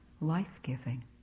life-giving